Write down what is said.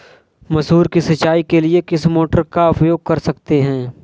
मसूर की सिंचाई के लिए किस मोटर का उपयोग कर सकते हैं?